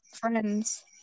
friends